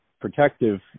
protective